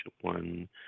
one